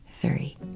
Three